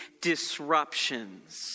disruptions